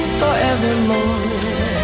forevermore